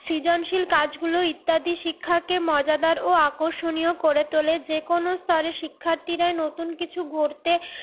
সৃজনশীল কাজগুলো ইত্যাদি শিক্ষাকে মজাদার ও আকর্ষণীয় করে তোলে যেকোনো স্তরের শিক্ষার্থীরা নতুন কিছু গড়তে